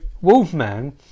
Wolfman